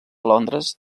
londres